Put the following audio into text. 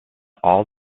all